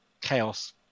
chaos